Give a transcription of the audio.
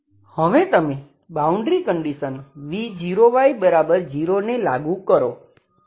હવે તમે boundary condition v0y0 ને લાગુ કરો